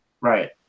Right